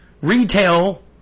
Retail